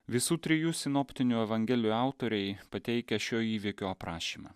visų trijų sinoptinių evangelijų autoriai pateikia šio įvykio aprašymą